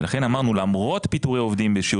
לכן אמרנו שלמרות פיטורי עובדים בשיעור